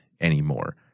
anymore